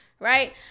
Right